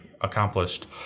accomplished